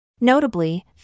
Notably